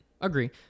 Agree